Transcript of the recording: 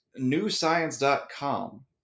NewScience.com